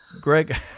Greg